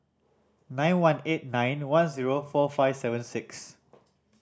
nine one eight nine one zero four five seven six